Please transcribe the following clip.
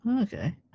Okay